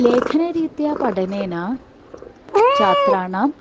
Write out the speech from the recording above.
लेखनरीत्या पठनेन छात्राणां